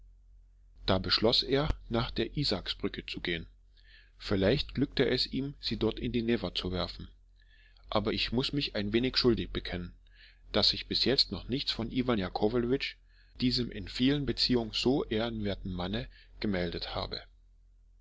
da beschloß er nach der isaaksbrücke zu gehen vielleicht glückte es ihm sie dort in die newa zu werfen aber ich muß mich ein wenig schuldig bekennen daß ich bis jetzt noch nichts von iwan jakowlewitsch diesem in vielen beziehungen so ehrenwerten manne gemeldet habe